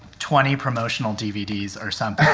twenty promotional dvds or something.